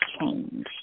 change